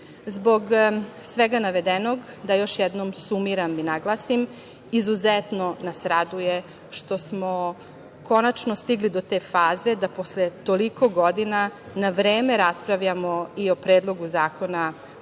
svega navedenog da još jednom sumiram i naglasim izuzetno nas raduje što smo konačno stigli do te faze da posle toliko godina na vreme raspravljamo i o Predlogu zakona o